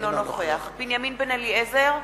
אינו נוכח בנימין בן-אליעזר,